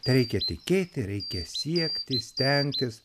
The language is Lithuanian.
tereikia tikėti reikia siekti stengtis